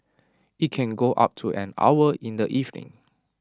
IT can go up to an hour in the evening